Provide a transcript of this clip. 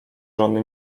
żony